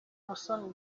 musoni